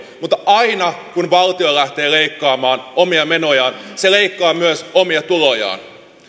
mutta aina kun valtio lähtee leikkaamaan omia menojaan se leikkaa myös omia tulojaan